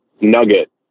nugget